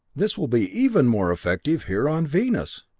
this will be even more effective here on venus!